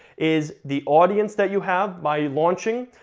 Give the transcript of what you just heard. is the audience that you have by launching,